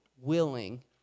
willing